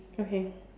okay